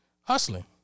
hustling